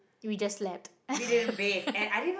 we just slept